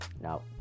now